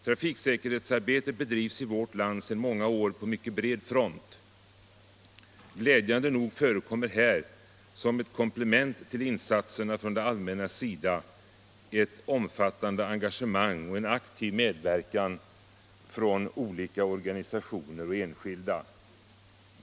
Trafiksäkerhetsarbetet bedrivs i vårt land sedan många år på mycket bred front. Glädjande nog förekommer här som ett komplement till insatserna från det allmänna ett omfattande engagemang och en aktiv medverkan från olika organisationer och från enskilda.